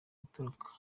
gutoroka